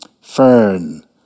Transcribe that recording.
fern